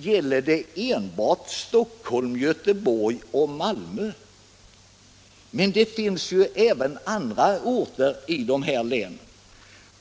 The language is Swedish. låter det som om siffrorna gällde enbart Stockholm, Göteborg och Malmö. Men planeringsramarna gäller ju också andra orter i dessa län.